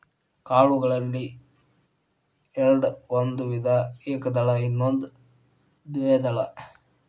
ಕಾಳುಗಳಲ್ಲಿ ಎರ್ಡ್ ಒಂದು ವಿಧ ಏಕದಳ ಇನ್ನೊಂದು ದ್ವೇದಳ